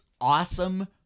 awesome